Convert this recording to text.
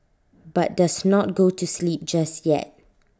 but does not go to sleep just yet